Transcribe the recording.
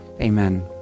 Amen